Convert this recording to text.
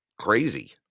crazy